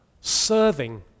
serving